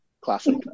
Classic